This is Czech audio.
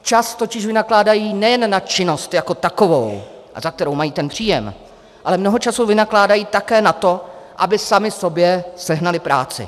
Čas totiž vynakládají nejen na činnost jako takovou, za kterou mají ten příjem, ale mnoho času vynakládají také na to, aby sami sobě sehnaly práci.